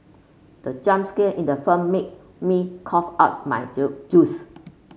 the jump scare in the firm made me cough out my juice